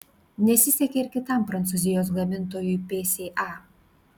nesisekė ir kitam prancūzijos gamintojui psa